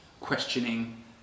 questioning